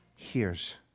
hears